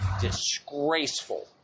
Disgraceful